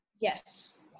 Yes